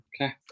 Okay